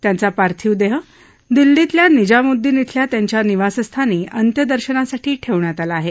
त्यांचा पार्थिव देह दिल्लीतल्या निजामुद्दीन खल्या त्यांच्या निवासस्थानी अंत्यदर्शनासाठी ठेवण्यात आला आहे